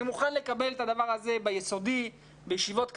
אני מוכן לקבל את הדבר הזה ביסודי, בישיבות קטנות.